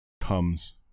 comes